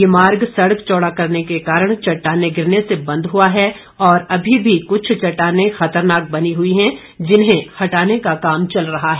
ये मार्ग सड़क चौड़ा करने के कारण चट्टाने गिरने से बंद हुआ है और अभी भी कुछ चट्टाने खतरनाक बनी हुई है जिन्हें हटाने का काम चल रहा है